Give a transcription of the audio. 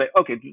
okay